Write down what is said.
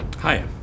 Hi